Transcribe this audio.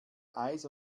eis